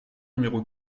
numéro